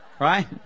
Right